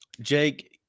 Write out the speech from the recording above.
Jake